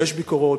יש ביקורות,